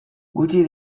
gutxi